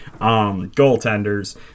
goaltenders